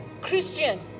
Christian